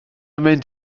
mynd